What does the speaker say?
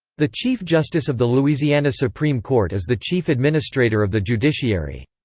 the chief justice of the louisiana supreme court is the chief administrator of the judiciary.